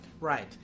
Right